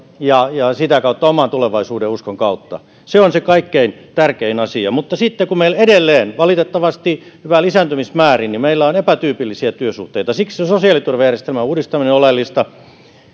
ja ja sitä kautta oman tulevaisuudenuskon kautta se on se kaikkein tärkein asia mutta kun meillä edelleen valitettavasti yhä lisääntyvissä määrin on epätyypillisiä työsuhteita siksi sosiaaliturvajärjestelmän uudistaminen on oleellista